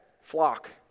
flock